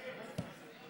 אני בא לענות על הפודיום.